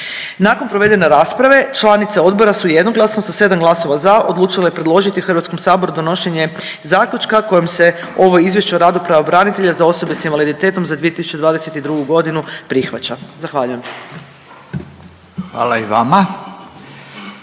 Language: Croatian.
Nakon provedene rasprave članice odbora su jednoglasno sa 7 glasova za odlučile predložiti Hrvatskom saboru donošenje zaključka kojim se ovo Izvješće o radu pravobranitelja za osobe s invaliditetom za 2022. godinu prihvaća. Zahvaljujem. **Radin,